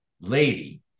lady